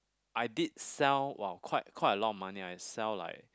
I did sell !wow! quite quite a lot of money I sell like